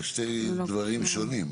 זה שני דברים שונים.